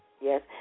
Yes